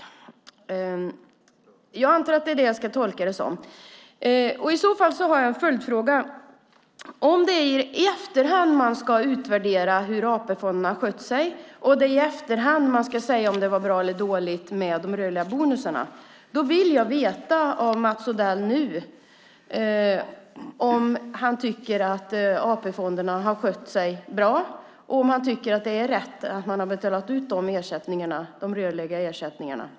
Jag antar att det är så jag ska tolka det hela. I så fall har jag några följdfrågor. Är det i efterhand som AP-fonderna ska utvärderas i fråga om hur de har skött sig, och är det i efterhand man ska säga om det är bra eller dåligt med de rörliga bonusarna? Tycker Mats Odell att AP-fonderna har skött sig bra? Är det riktigt att fonderna har betalat ut de rörliga ersättningarna?